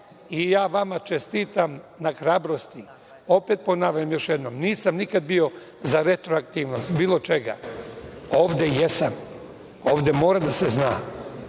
i ja vama čestitam na hrabrosti. Ponavljam još jednom, nisam nikada bio za retroaktivnost bilo čega. Ovde jesam. Ovde mora da se zna.